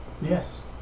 Yes